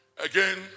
Again